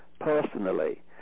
personally